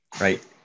right